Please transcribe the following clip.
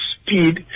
speed